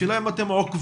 השאלה היא אם אתם עוקבים.